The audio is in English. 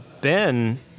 Ben